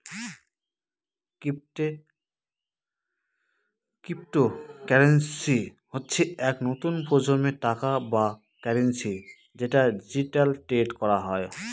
cryptocurrency হচ্ছে এক নতুন প্রজন্মের টাকা বা কারেন্সি যেটা ডিজিটালি ট্রেড করা হয়